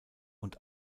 und